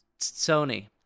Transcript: Sony